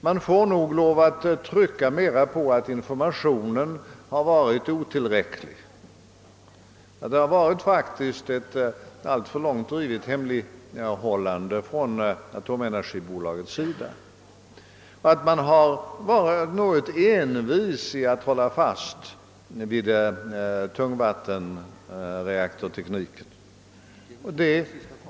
Man får nog lov att trycka mera på att informationen har varit otillräcklig. Det har faktiskt förekommit ett alltför långt drivet hemlighållande från atomenergibolagets sida, och man har varit något envis med att hålla fast vid tungvattenreaktorlinjen.